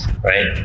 Right